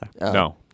No